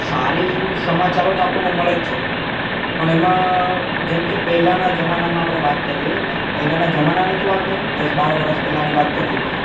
સારી સમાચારો તો આપણને મળે જ છે પણ એમાં જેમ કે પહેલાંના જમાનામાં આપણે વાત કરીએ એટલે પહેલાંના જમાનાની તો વાત નહીં દસ બાર વર્ષ પહેલાંની વાત કરીએ